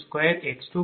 21 0